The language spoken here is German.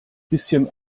bisschen